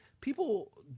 people